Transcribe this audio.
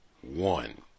One